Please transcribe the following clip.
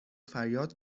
فریاد